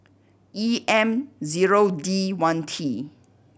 E M zero D one T